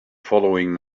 following